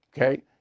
okay